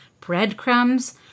breadcrumbs